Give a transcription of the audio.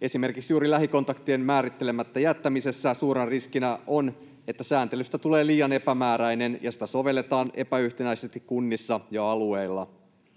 Esimerkiksi juuri lähikontaktien määrittelemättä jättämisessä suurena riskinä on, että sääntelystä tulee liian epämääräinen ja että sitä sovelletaan epäyhtenäisesti kunnissa ja alueilla.